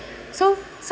so